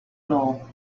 know